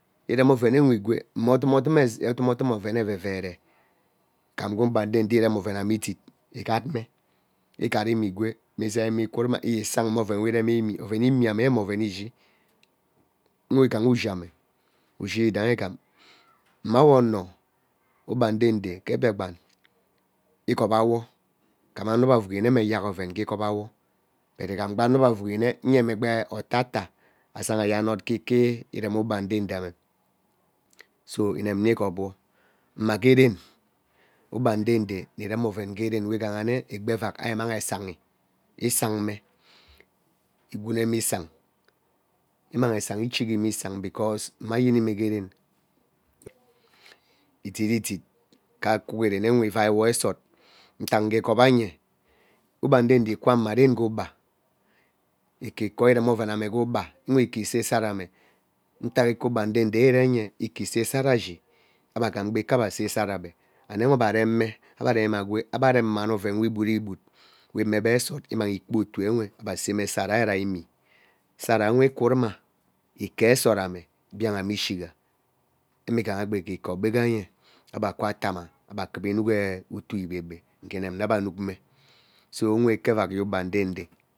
Iveni oven uwe igwee ama oduma eze odumo odumodum oven vevere igham ugere ugba ndede irem oven amme idu-igal-me igat reme igwee mme izeime ikurume isang me gbe ireme imie oven immie me mme oven we ishi mme igha ushi mme ushi yedaihi igham mma awo ono ugba udede ke biakpan igoba wo igab emo we avigi nne mme eyak oven gee igoba wo but igham gba anogbe avigi mme nye me gbaa atata azaiha agee anod ike iremi ugba ndedene mme so inemme igop wo mma geren ugba ndede nni rem oven gee ven weghane egbi evak ari imang esahi isang me igwune me usang imang esanhi ichime isang because mma yeni mme gee ren ediri dui-ke akwu gee renewe ivai wo esot ntak ngee igova uye ugba udede kwaa ma deen gee ugbaa ikikor rem oven ame gee ugba mme ike esee sarame ntak ike ugba ndede irehiyi ike see sara ishi ebe agbam gba ike ebe asee sara ebe and awe ebe areme ebe erenime ebe arem mani oven we igweri gwed we mme ebe sor amang aa kpo otuo nwe ebe seme sarai rai imie sarai ikwu ruma ike esorame biang ane ishigha mme ghaha ikee ikor gbwenye ebe akwaa atama ebe kura inuk utuu ye ebebe ngee nneaha ebe anuk me so nwe ikavak ye ugba ndede.